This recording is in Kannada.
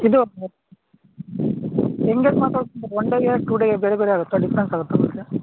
ಇದು ಹೆಂಗೆಂಗ್ ಮಾತಾಡೋದು ಒನ್ ಡೇಗೆ ಟೂ ಡೇಗೆ ಬೇರೆ ಬೇರೆ ಆಗುತ್ತಾ ಡಿಫ್ರೆನ್ಸಾಗುತ್ತಾ ಅದಕ್ಕೆ